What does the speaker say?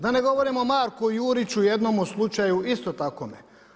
Da ne govorim o Marku Juriću jednomu slučaju isto takvome.